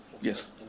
yes